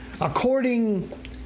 according